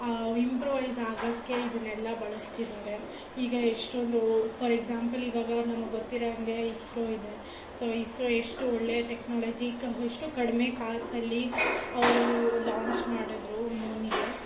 improvise ಆಗೋಕ್ಕೆ ಇದನ್ನೆಲ್ಲ ಬಳಸ್ತಿದ್ದಾರೆ ಈಗ ಎಷ್ಟೊಂದು ಫಾರ್ ಎಕ್ಸಾಂಪಲ್ ಈಗ ಇವಾಗ ನಮಗೆ ಗೊತ್ತಿರೋ ಹಾಗೆ ಇಸ್ರೋ ಇದೆ ಸೋ ಇಸ್ರೋ ಎಷ್ಟು ಒಳ್ಳೆಯ ಟೆಕ್ನಾಲಜಿ ಕಾ ಎಷ್ಟು ಕಡಿಮೆ ಕಾಸಲ್ಲಿ ಅವರು ಲಾಂಚ್ ಮಾಡಿದ್ರು ಮೂನಿಗೆ